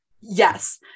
Yes